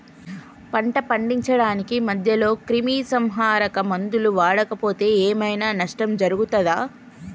పంట పండించడానికి మధ్యలో క్రిమిసంహరక మందులు వాడకపోతే ఏం ఐనా నష్టం జరుగుతదా?